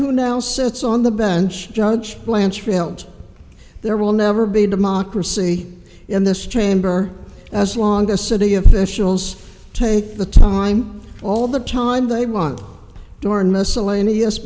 who now sits on the bench judge blanche felt there will never be a democracy in this chamber as long as city officials take the time all the time they want door and miscellaneous